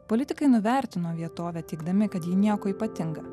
politikai nuvertino vietovę teigdami kad ji nieko ypatinga